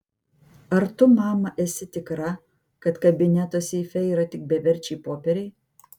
ar tu mama esi tikra kad kabineto seife yra tik beverčiai popieriai